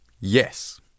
Yes